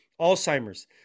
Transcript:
Alzheimer's